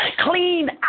Clean